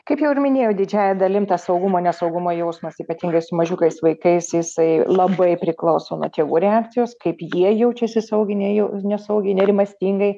kaip jau ir minėjau didžiąja dalim tas saugumo nesaugumo jausmas ypatingai su mažiukais vaikais jisai labai priklauso nuo tėvų reakcijos kaip jie jaučiasi savo gynėju nesaugiai nerimastingai